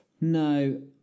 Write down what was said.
No